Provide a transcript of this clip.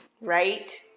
right